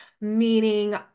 meaning